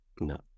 No